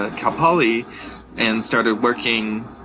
ah cal poly and started working